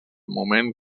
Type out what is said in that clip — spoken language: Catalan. moment